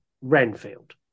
Renfield